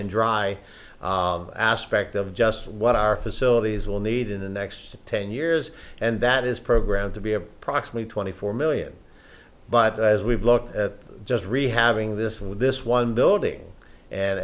and dry aspect of just what our facilities will need in the next ten years and that is programmed to be approximately twenty four million but as we've looked at just rehabbing this with this one building and